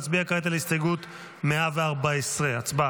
נצביע כעת על הסתייגות 114. הצבעה.